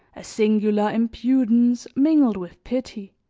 a singular impudence mingled with pity,